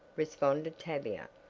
responded tavia.